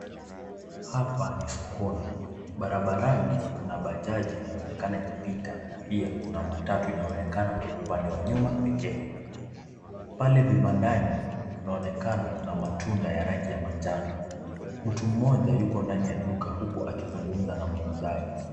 Hapa ni sokoni, barabarani kuna bajaji inayoonekana ikipita kuna pia matatu inaonekana upande wa nyuma pekee, pale vibandani inaonekana kuna matunda ya manjano, mtu mmoja yuko ndani ya duku huku akizungumza na muuzaji.